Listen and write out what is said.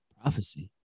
Prophecy